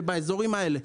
ובאזורים האלה.